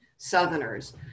Southerners